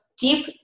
deep